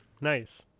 Nice